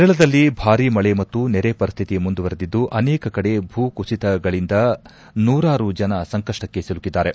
ಕೇರಳದಲ್ಲಿ ಭಾರೀ ಮಳೆ ಮತ್ತು ನೆರೆ ಪರಿಸ್ಥಿತಿ ಮುಂದುವರೆದಿದ್ದು ಅನೇಕ ಕಡೆ ಭೂ ಕುಸಿತಗಳಿಂದ ನೂರಾರು ಜನ ಸಂಕಷ್ಟಕ್ಕೆ ಸಿಲುಕಿದ್ದಾರೆ